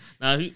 Now